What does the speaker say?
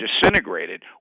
disintegrated